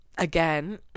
Again